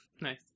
Nice